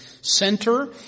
center